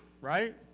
right